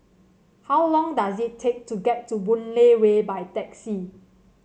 how long does it take to get to Boon Lay Way by taxi